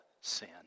sin